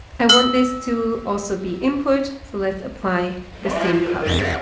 i want this to also be input, so let's apply the same color.